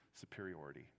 superiority